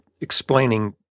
explaining